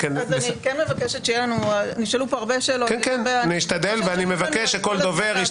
אני מבקשת שיהיה לנו את כל הזמן להגיב.